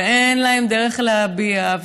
ואין להם דרך להביע,